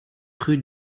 rue